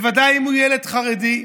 ובוודאי אם הוא ילד חרדי,